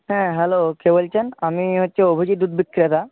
হ্যাঁ হ্যালো কে বলছেন আমি হচ্ছি অভিজিৎ দুধ বিক্রেতা